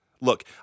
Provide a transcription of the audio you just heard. Look